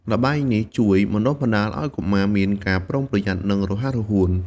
ល្បែងនេះជួយបណ្ដុះបណ្ដាលឲ្យកុមារមានការប្រុងប្រយ័ត្ន និងរហ័សរហួន។